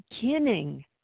beginning